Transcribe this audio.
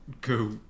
go